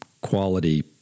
quality